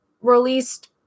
released